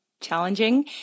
challenging